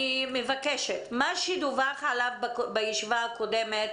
אני מבקשת, מה שדווח עליו בישיבה הקודמת,